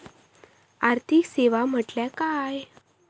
आर्थिक सेवा म्हटल्या काय?